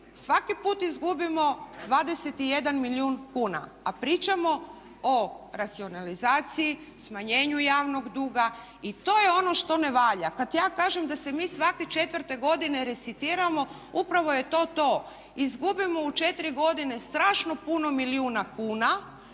svaki put izgubimo 21 milijuna kuna, a pričamo o racionalizaciji, smanjenju javnog duga. I to je ono što ne valja. Kad ja kažem da se mi svake četvrte godine resetiramo upravo je to to, izgubimo u četiri godine strašno puno milijuna kuna